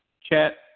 chat